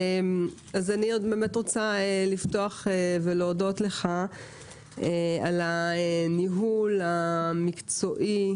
אני מודה לך על הניהול המקצועי,